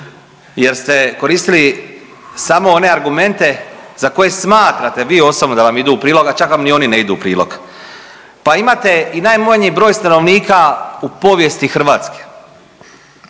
jer ste koristili samo one argumente za koje smatrate vi osobno da vam idu u prilog, a čak vam ni oni ne idu u prilog. Pa imate i najmanji broj stanovnika u povijesti Hrvatske,